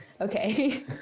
Okay